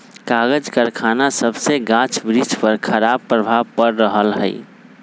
कागज करखना सभसे गाछ वृक्ष पर खराप प्रभाव पड़ रहल हइ